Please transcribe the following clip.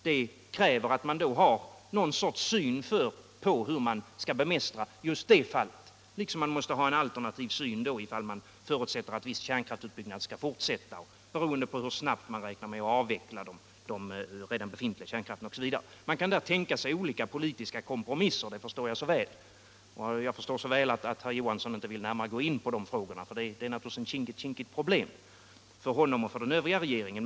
Det kräver att man har något slags syn på hur man skall bemästra det fallet, liksom man måste ha en alternativ syn om man förutsätter att viss kärnkraftsutbyggnad skall fortsätta, beroende på hur snabbt man räknar med att avveckla de redan befintliga kärnkraftverken, osv. Man kan där tänka sig olika politiska kompromisser. Jag förstår så väl att herr Johansson inte närmare vill gå in på de frågorna — det är naturligtvis ett kinkigt problem, för honom och för den övriga regeringen.